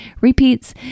repeats